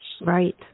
Right